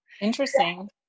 Interesting